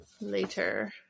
Later